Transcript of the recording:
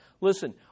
Listen